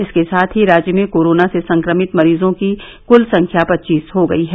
इसके साथ ही राज्य में कोरोना से संक्रमित मरीजों की कुल संख्या पच्चीस हो गयी है